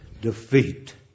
defeat